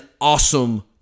awesome